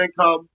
income